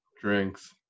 Drinks